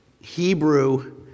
Hebrew